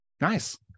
Nice